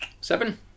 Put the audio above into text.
Seven